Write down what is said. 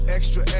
Extra